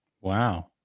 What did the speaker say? Wow